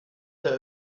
der